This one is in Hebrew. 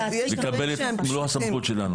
לקבל את מלוא הסמכות שלנו.